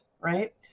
right